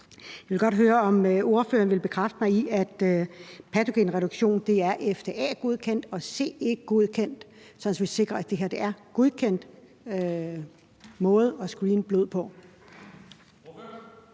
Jeg vil godt høre, om ordføreren vil bekræfte mig i, at patogenreduktion er FDA-godkendt og CE-godkendt. Så vi sikrer, at det her er en godkendt måde at screene blod på.